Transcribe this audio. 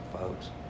folks